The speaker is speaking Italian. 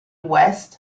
west